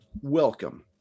welcome